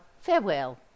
farewell